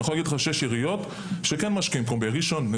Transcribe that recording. אני יכול להגיד לך שיש עיריות שכן משקיעות בראשון לציון,